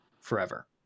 forever